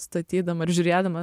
statydama ir žiūrėdama